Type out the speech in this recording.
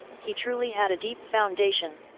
he truly had a deep foundation!